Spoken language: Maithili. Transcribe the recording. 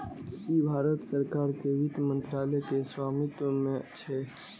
ई भारत सरकार के वित्त मंत्रालय के स्वामित्व मे छै